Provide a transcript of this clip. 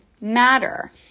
matter